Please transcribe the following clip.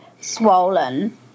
swollen